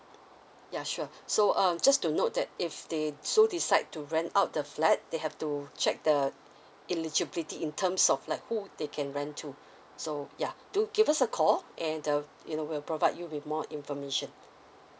ya sure so um just to note that if they so decide to rent out the flat they have to check the eligibility in terms of like who they can rent to so ya do give us a call and the you know we'll provide you with more information